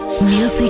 Music